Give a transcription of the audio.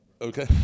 okay